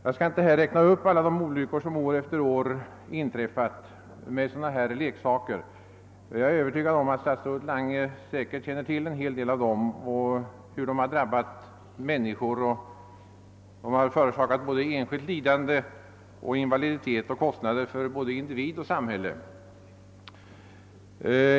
Jag skall inte här räkna upp alla de olyckor som år efter år har inträffat med sådana här leksaker — jag är övertygad om att statsrådet Lange väl känner till en hel del om dem och hur de förorsakat såväl enskilt lidande och invaliditet som kostnader för individ och samhälle.